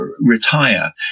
retire